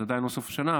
זה עדיין לא סוף השנה,